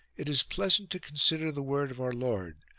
it is pleasant to consider the word of our lord,